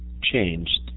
changed